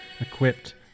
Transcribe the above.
equipped